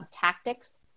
tactics